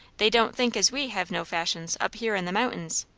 they don't think as we hev' no fashions, up here in the mountains.